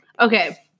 Okay